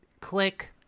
Click